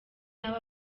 nabi